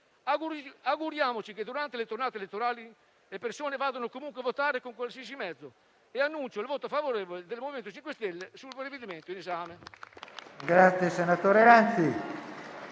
Auguriamoci che durante le tornate elettorali le persone vadano comunque a votare, con qualsiasi mezzo. Annuncio il voto favorevole del MoVimento 5 Stelle sul provvedimento in esame.